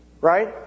right